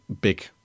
big